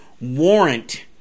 warrant